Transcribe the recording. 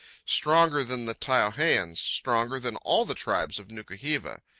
stronger than the taiohaeans, stronger than all the tribes of nuku-hiva.